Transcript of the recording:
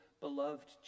beloved